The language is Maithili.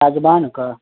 सागवान के